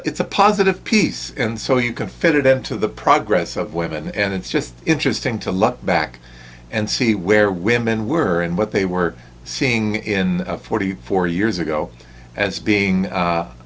it's a positive piece and so you can fit it into the progress of women and it's just interesting to look back and see where women were and what they were seeing in forty four years ago as being